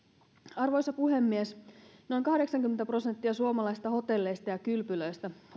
arvoisa puhemies noin kahdeksankymmentä prosenttia suomalaisista hotelleista ja kylpylöistä